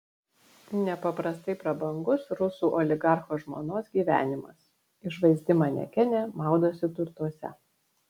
nepaprastai prabangus rusų oligarcho žmonos gyvenimas išvaizdi manekenė maudosi turtuose